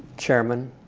chairman